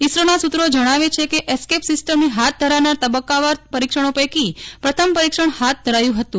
ઇસરોના સૂત્રો જણાવે છે કેએસ્કેપ સિસ્ટમની હાથ ધરાનાર તબક્કાવાર પરિક્ષણો પૈકી પ્રથમ પરિક્ષણ હાથ ધરાયું હતું